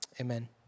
Amen